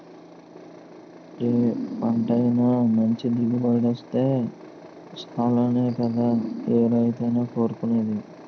ఏ పంటైనా మంచి దిగుబడినిత్తే సాలనే కదా ఏ రైతైనా కోరుకునేది?